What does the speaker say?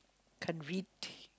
can't read